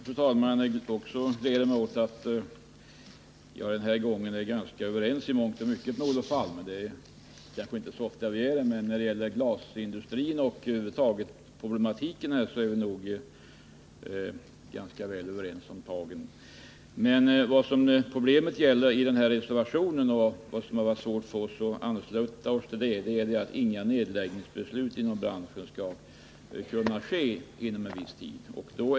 Fru talman! Också jag gläder mig åt att jag denna gång i mångt och mycket är överens med Olof Palme. Det händer inte så ofta, men när det gäller glasindustrin är vi nog rätt ense om tagen. I reservationen sägs emellertid — och det har varit svårt för oss att ansluta oss till detta — att inget nedläggningsbeslut inom branschen skall kunna fattas innan industriverkets utredning slutförts och riksdagen tagit ställning.